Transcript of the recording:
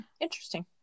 interesting